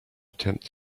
attempt